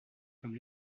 comme